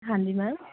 ਹਾਂਜੀ ਮੈਮ